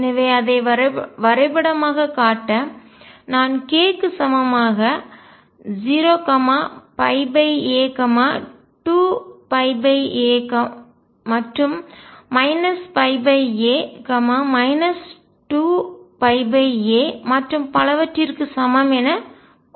எனவே அதை வரைபடமாக காட்ட நான் k க்கு சமமாக 0 a 2a மற்றும் a 2a மற்றும் பலவற்றிற்கு சமம் என கொண்டிருக்கிறோம்